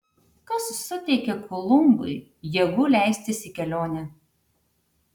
kas suteikė kolumbui jėgų leistis į kelionę